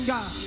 God